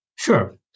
Sure